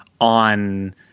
on –